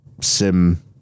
sim